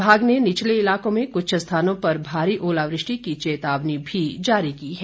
विभाग ने निचले इलाकों में कुछ स्थानों पर भारी ओलावृष्टि की चेतावनी भी जारी की है